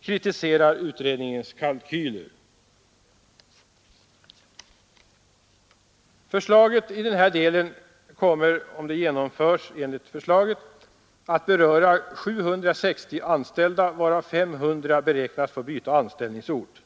kritiserar utredningens kalkyler. Förslaget berör i den här delen ca 760 anställda, varav ca 500 beräknas få byta anställningsort.